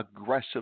aggressive